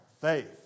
faith